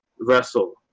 wrestle